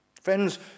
Friends